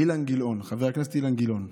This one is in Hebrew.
אילן גילאון,